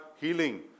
healing